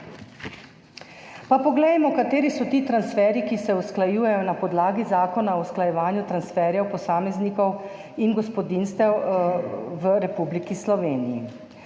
Pa poglejmo, kateri so ti transferji, ki se usklajujejo na podlagi Zakona o usklajevanju transferjev posameznikom in gospodinjstvom v Republiki Sloveniji